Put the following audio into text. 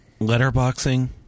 letterboxing